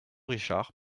richard